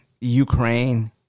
ukraine